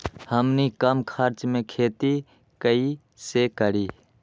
हमनी कम खर्च मे खेती कई से करी?